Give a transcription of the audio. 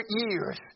years